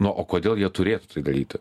no o kodėl jie turėtų tai daryti